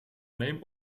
name